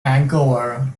vancouver